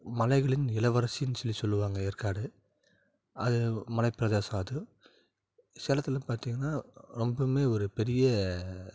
மலைகளின் இளவரசின்னு சொல்லி சொல்வாங்க ஏற்காடு அது மலைப்பிரதேசம் அது சேலத்தில் இருந்து பார்த்திங்கனா ரொம்பவும் ஒரு பெரிய